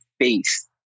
face